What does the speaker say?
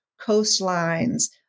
coastlines